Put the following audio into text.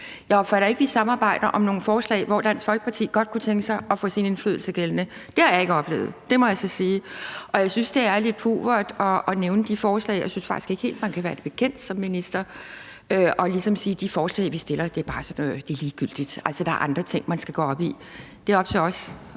Jeg opfatter ikke, at vi samarbejder om nogle forslag, hvor Dansk Folkeparti godt kunne tænke sig at gøre sin indflydelse gældende. Det har jeg ikke oplevet, det må jeg så sige. Og jeg synes, det er lidt pauvert at nævne de forslag. Jeg synes faktisk ikke helt, at man kan være det bekendt som minister at sige, at de forslag, vi fremsætter, bare er ligegyldige, og at der er andre ting, man skal gå op i. Det er op til os,